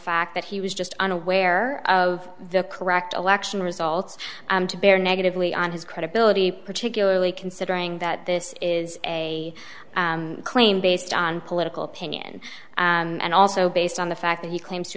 fact that he was just unaware of the correct election results to bear negatively on his credibility particularly considering that this is a claim based on political opinion and also based on the fact that he claims to